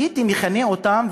הייתי מכנה אותם,